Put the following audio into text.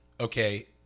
okay